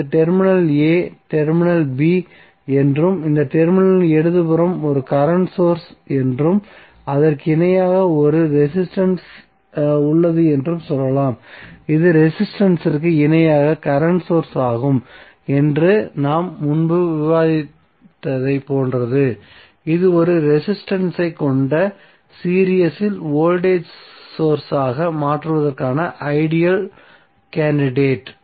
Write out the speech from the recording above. இது terminal a terminal b என்றும் இந்த டெர்மினலின் இடது புறம் ஒரு கரண்ட் சோர்ஸ் என்றும் அதற்கு இணையாக ஒரு ரெசிஸ்டன்ஸ் உள்ளது என்றும் சொல்லலாம் இது ரெசிஸ்டன்ஸ் இற்கு இணையாக கரண்ட் சோர்ஸ் ஆகும் என்று நாம் முன்பு விவாதித்ததைப் போன்றது இது ஒரு ரெசிஸ்டன்ஸ் ஐ கொண்ட சீரிஸ் இல் வோல்டேஜ் சோர்ஸ் ஆக மாற்றுவதற்கான ஐடியல் கேண்டிடேட்